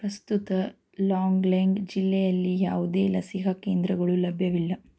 ಪ್ರಸ್ತುತ ಲಾಂಗ್ಲೆಂಗ್ ಜಿಲ್ಲೆಯಲ್ಲಿ ಯಾವುದೇ ಲಸಿಕಾ ಕೇಂದ್ರಗಳು ಲಭ್ಯವಿಲ್ಲ